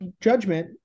judgment